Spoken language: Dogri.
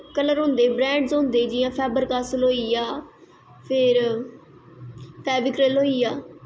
कल्लर होंदे ब्रैंड़ होंदे जियां फैवरकास्ट होईया फिर फैविक्रल होईया